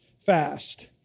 fast